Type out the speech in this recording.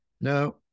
Now